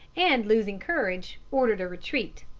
and, losing courage, ordered a retreat.